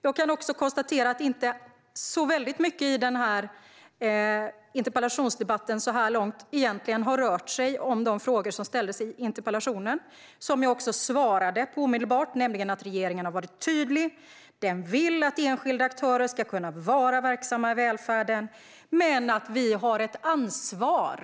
Jag kan också konstatera att inte så väldigt mycket i denna interpellationsdebatt egentligen har handlat om de frågor som ställdes i interpellationen. Dessa frågor svarade jag omedelbart på, nämligen att regeringen har varit tydlig med att den vill att enskilda aktörer ska kunna vara verksamma i välfärden men att vi har ett ansvar.